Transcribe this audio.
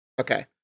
Okay